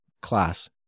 class